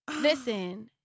listen